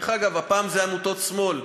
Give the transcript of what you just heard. דרך אגב, הפעם זה עמותות שמאל,